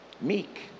meek